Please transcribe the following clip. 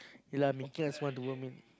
ya lah making us want to vomit